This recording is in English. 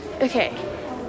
okay